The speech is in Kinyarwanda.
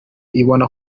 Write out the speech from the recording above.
ibona